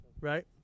right